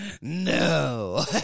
No